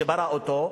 שברא אותו,